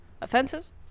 offensive